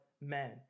men